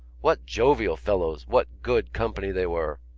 what jovial fellows! what good company they were!